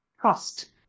trust